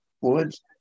Woods